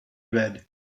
read